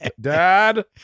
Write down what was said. Dad